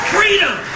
Freedom